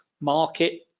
market